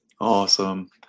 Awesome